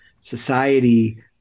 society